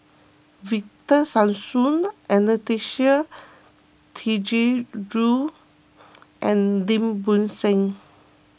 Victor Sassoon Anastasia Tjendri Liew and Lim Bo Seng